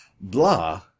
blah